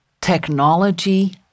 technology